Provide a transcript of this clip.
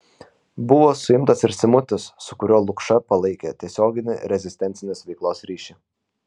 buvo suimtas ir simutis su kuriuo lukša palaikė tiesioginį rezistencinės veiklos ryšį